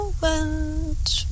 went